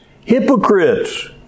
hypocrites